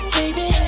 baby